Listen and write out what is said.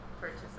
purchase